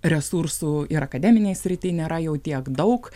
resursų ir akademinėj srity nėra jau tiek daug